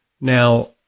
Now